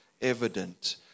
evident